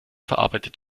verarbeitet